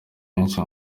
benshi